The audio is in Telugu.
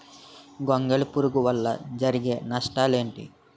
గొంగళి పురుగు వల్ల జరిగే నష్టాలేంటి?